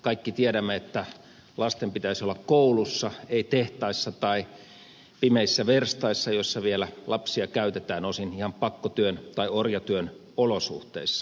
kaikki tiedämme että lasten pitäisi olla koulussa ei tehtaissa tai pimeissä verstaissa missä vielä lapsia käytetään osin ihan pakkotyön tai orjatyön olosuhteissa